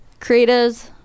creatives